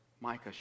Micah